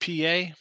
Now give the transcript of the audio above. PA